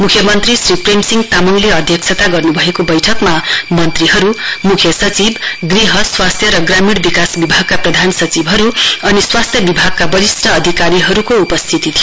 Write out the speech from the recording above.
मुख्यमन्त्री श्री प्रेमसिंह तामङले अध्यक्षता गर्नुभएको बैठकमा मन्त्रीहरु मुख्य सचिव गृह स्वास्थ्य ग्रामीण विकास विभागका प्रधान सचिवहरु अनि स्वास्थ्य विभागका वरिष्ट अधिकारीहरुको उपस्थिती थियो